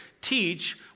teach